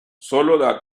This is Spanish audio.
solo